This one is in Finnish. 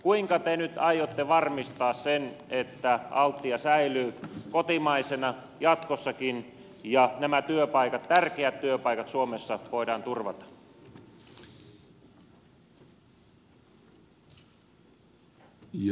kuinka te nyt aiotte varmistaa sen että altia säilyy kotimaisena jatkossakin ja nämä työpaikat tärkeät työpaikat suomessa voidaan turvata